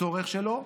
הצורך שלו?